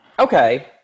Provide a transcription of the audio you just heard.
Okay